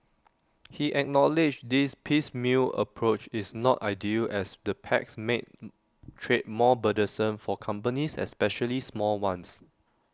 he acknowledged this piecemeal approach is not ideal as the pacts make trade more burdensome for companies especially small ones